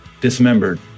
dismembered